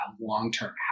long-term